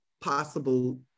possible